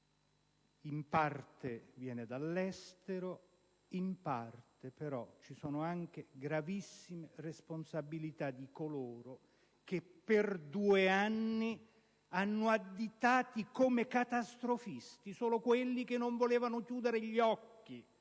in parte viene dall'estero, in parte vi sono però anche gravissime responsabilità di coloro che, per due anni, hanno additato come catastrofista chi non voleva chiudere gli occhi